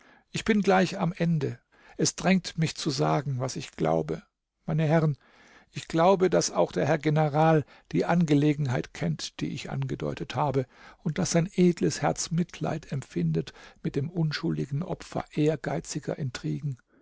ich bin gleich am ende es drängt mich zu sagen was ich glaube meine herren ich glaube daß auch der herr general die angelegenheit kennt die ich angedeutet habe und daß sein edles herz mitleid empfindet mit dem unschuldigen opfer ehrgeiziger intrigen